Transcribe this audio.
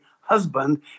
husband